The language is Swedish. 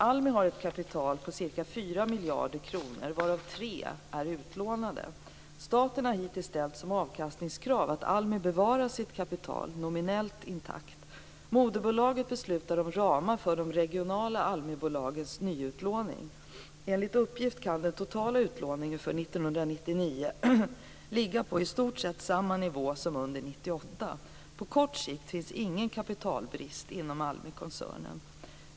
ALMI har ett kapital på ca 4 miljarder kronor, varav 3 miljarder är utlånade. Staten har hittills ställt som avkastningskrav att ALMI bevarar sitt kapital nominellt intakt. Moderbolaget beslutar om ramar för de regionala ALMI-bolagens nyutlåning. Enligt uppgift kan den totala utlåningen för 1999 ligga på i stort sett samma nivå som under 1998. På kort sikt finns ingen kapitalbrist inom ALMI-koncernen.